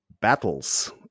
battles